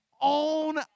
own